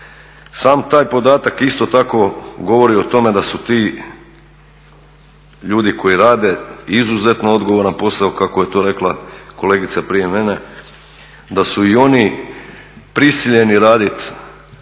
Sam taj podatak isto tako govori o tome da su ti ljudi koji rade izuzetno odgovaran posao kako je to rekla kolegica prije mene da su i oni prisiljeni radit